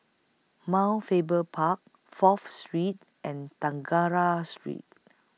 Mount Faber Park Fourth Street and Tangara Street